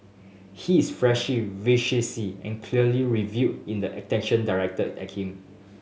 he is flashy vivacious and clearly revel in the attention directed at him